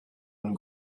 and